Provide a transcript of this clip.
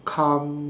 come